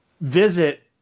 visit